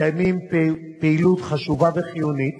מקיימים פעילות חשובה וחיונית,